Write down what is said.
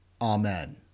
Amen